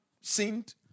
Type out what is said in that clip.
sinned